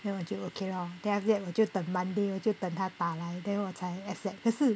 then 我就 okay lor then after that 我就等 monday then 我就等他打来 then 我才 accept 可是